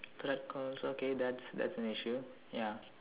threat calls okay that's that's an issue ya